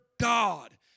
God